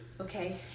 okay